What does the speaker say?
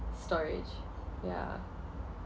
storage yeah